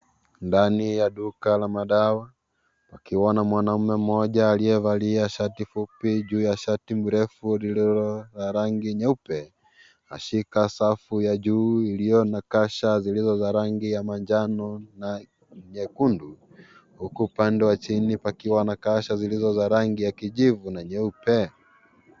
Ndani ya duka la dawa kukiwa na mwanamke mmoja aliyevalia shati fupi juu ya shati mrefu lililo na rangi nyeupe ashika safu ya juu lililo na kasha zilizo za rangi manjano na nyekundu huku pande wa chini zikiwa na kasha zilizo za rangi ya kijivu na nyeupe.